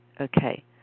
okay